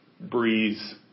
breeze